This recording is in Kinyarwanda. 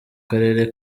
karere